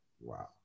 Wow